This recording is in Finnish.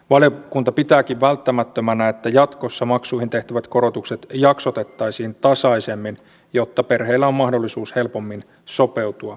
valiokunta pitääkin välttämättömänä että jatkossa maksuihin tehtävät korotukset jaksotettaisiin tasaisemmin jotta perheillä on mahdollisuus helpommin sopeutua lisäkustannuksiin